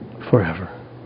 forever